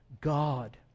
God